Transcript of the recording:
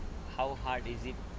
how hard is it